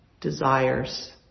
desires